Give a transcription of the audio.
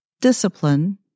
discipline